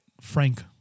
frank